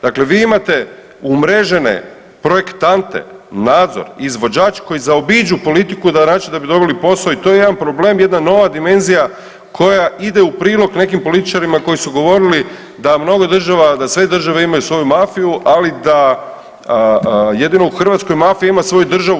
Dakle, vi imate umrežene projektante, nadzor, izvođač koji zaobiđu politiku na račun da bi dobili posao i to je jedan problem, jedna nova dimenzija koja ide u prilog nekim političarima koji su govorili da mnogo država, da sve države imaju svoju mafiju ali da jedino u Hrvatskoj mafija ima svoju državu.